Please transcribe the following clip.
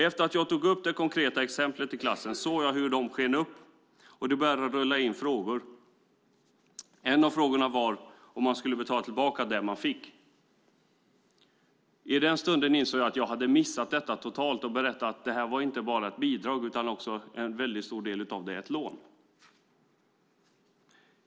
När jag tagit upp det konkreta exemplet i klassen såg jag hur de sken upp, och det började strömma in frågor. En av frågorna var om man skulle betala tillbaka de pengar man fick. Jag insåg då att jag totalt missat att berätta att det inte bara var ett bidrag utan till stor del ett lån.